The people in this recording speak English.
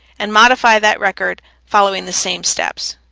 and modify that record following the same steps.